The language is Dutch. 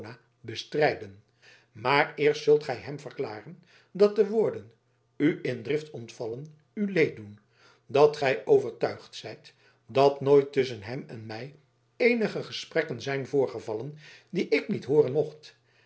bestrijden maar eerst zult gij hem verklaren dat de woorden u in drift ontvallen u leed doen dat gij overtuigd zijt dat nooit tusschen hem en mij eenige gesprekken zijn voorgevallen die ik niet hooren mocht